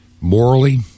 morally